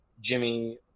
jimmy